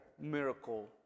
miracle